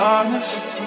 Honest